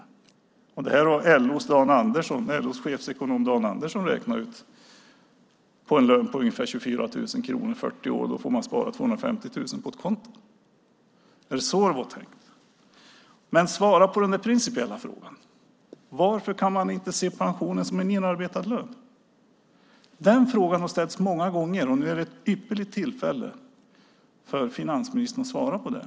LO:s chefsekonom Dan Andersson har räknat ut att om man har en lön på ungefär 24 000 kronor och är 40 år måste man spara 250 000 på ett konto. Var det så det var tänkt? Svara på den principiella frågan varför man inte kan se pensionen som inarbetad lön. Den frågan har ställts många gånger, och nu är det ett ypperligt tillfälle för finansministern att svara på den.